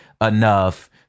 enough